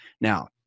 Now